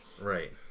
Right